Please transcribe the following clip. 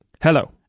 Hello